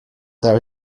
there